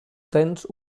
tens